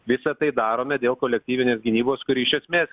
visa tai darome dėl kolektyvinės gynybos kuri iš esmės